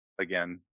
again